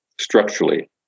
structurally